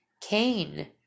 Cain